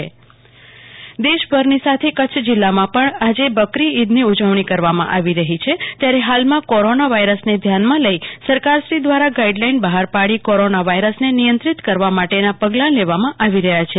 કલ્પના શાહ ઈદ અંગેનું જાહેરનામ દેશભરની સાથે કેચ્છ જીલ્લામાં આજે બકરી ઈદની ઉજવણી કરવામાં આવી રહી છે ત્યારે હાલમાં કોરોના વાયરસને ધ્યાનમાં લઈ સરકારશ્રી દ્રારા ગાઈડલાઈન બહાર પાડી કોરોના વાયરસને નિયંત્રીત કરવા માટેના પગલા લેવામાં આવી રહ્યા છે